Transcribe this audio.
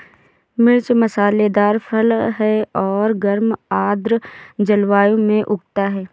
मिर्च मसालेदार फल है और गर्म आर्द्र जलवायु में उगता है